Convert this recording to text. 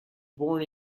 born